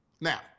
Now